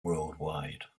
worldwide